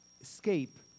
escape